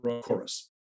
Chorus